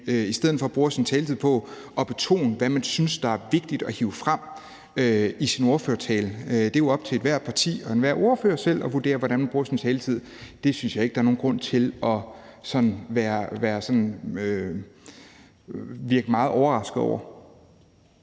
i stedet for bruger sin taletid på at betone, hvad man synes er vigtigt at hive frem, i sin ordførertale. Det er jo op til ethvert parti og enhver ordfører selv at vurdere, hvordan man bruger sin taletid. Det synes jeg ikke der er nogen grund til sådan at virke meget overrasket over.